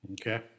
Okay